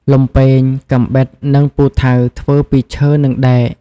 លំពែង កាំបិត និងពូថៅ ធ្វើពីឈើ និងដែក។